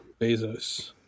Bezos